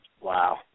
Wow